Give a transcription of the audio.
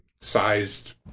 sized